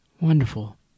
Wonderful